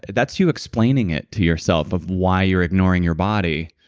that's you explaining it to yourself of why you're ignoring your body,